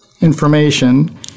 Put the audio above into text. information